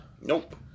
Nope